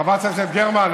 חברת הכנסת גרמן,